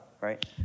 right